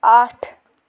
آٹھ